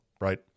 right